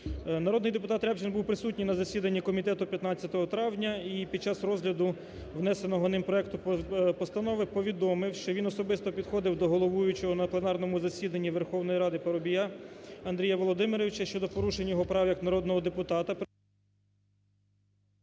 Народний депутат Рябчин був присутній на засіданні комітету 15 травня і під час розгляду внесеного ним проекту постанови повідомив, що він особисто підходив до головуючого на пленарному засіданні Верховної Ради Парубія Андрія Володимировича щодо порушення його прав як народного депутата…